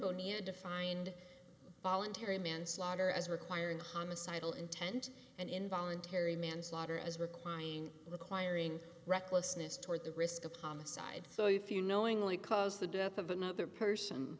boni a defined voluntary manslaughter as requiring homicidal intent and involuntary manslaughter as requiring requiring recklessness toward the risk of homicide so if you knowingly cause the death of another person